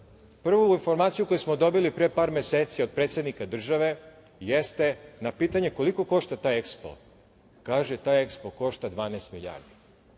Prvu informaciju koju smo dobili pre par meseci od predsednika države, a na pitanje koliko košta taj EKSPO, kaže, taj EKSPO košta 12 milijardi,